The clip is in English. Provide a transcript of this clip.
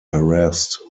harassed